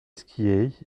skier